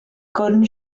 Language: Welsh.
gwn